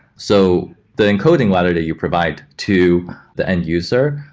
so the encoding letter that you provide to the end user,